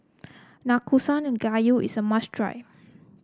Nanakusa Gayu is a must try